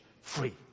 free